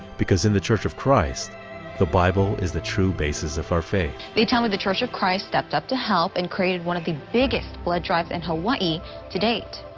because in the church of christ the bible is the true basis of our faith. they tell me the church of christ stepped up to help and created one of the biggest blood drives in hawaii to date.